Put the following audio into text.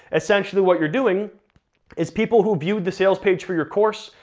essentially what you're doing is people who viewed the sales page for your course,